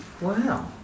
Wow